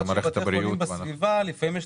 במיוחד שבתי חולים בסביבה לפעמים יש